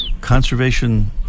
Conservation